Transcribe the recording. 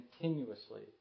continuously